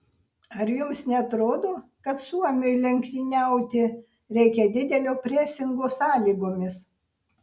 ar jums neatrodo kad suomiui lenktyniauti reikia didelio presingo sąlygomis